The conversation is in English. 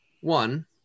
One